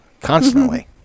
constantly